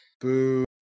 Boo